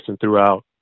throughout